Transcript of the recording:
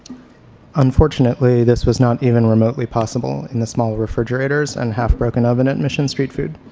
unfortunately, this was not even remotely possible in the small refrigerators and half-broken oven at mission street food.